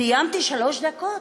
סיימתי שלוש דקות?